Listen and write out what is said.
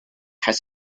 has